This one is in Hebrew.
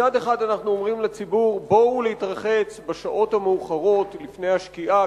מצד אחד אנחנו אומרים לציבור: בואו להתרחץ בשעות המאוחרות לפני השקיעה,